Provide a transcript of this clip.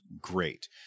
great